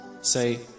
Say